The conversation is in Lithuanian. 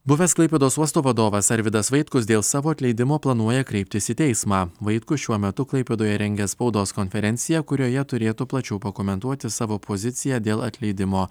buvęs klaipėdos uosto vadovas arvydas vaitkus dėl savo atleidimo planuoja kreiptis į teismą vaitkus šiuo metu klaipėdoje rengia spaudos konferenciją kurioje turėtų plačiau pakomentuoti savo poziciją dėl atleidimo